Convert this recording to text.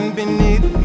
beneath